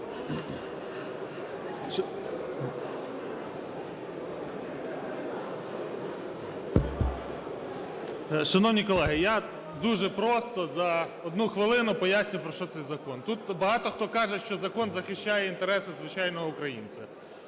Шановні колеги! Я дуже просто, за 1 хвилину поясню про що цей закон. Тут багато хто каже, що закон захищає інтереси звичайного українця.